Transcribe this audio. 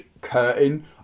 curtain